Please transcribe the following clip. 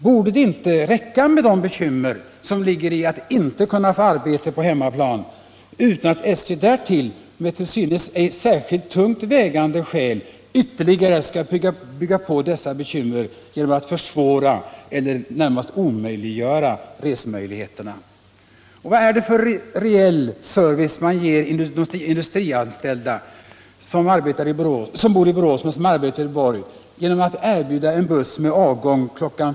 Borde det inte räcka med de bekymmer som ligger i att de inte kan få arbete på hemmaplan, utan att SJ därtill på till synes ej särskilt tungt vägande skäl ytterligare skall fylla på deras bekymmer genom att försvåra eller närmast omöjliggöra resemöjligheterna för dem? Och vad är det för reell service SJ ger de industrianställda som bor i Borås men som arbetar i Göteborg genom att t.ex. erbjuda dem en buss med avgångstid kl.